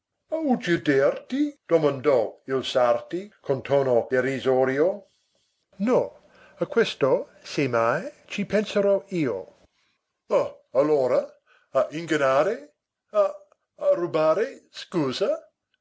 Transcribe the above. a ucciderti domandò il sarti con tono derisorio no a questo se mai ci penserò io e allora a ingannare a a rubare scusa